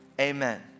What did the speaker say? Amen